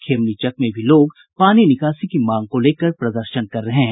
खेमनीचक में भी लोग पानी निकासी की मांग को लेकर प्रदर्शन कर रहे हैं